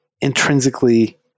intrinsically